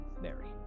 Mary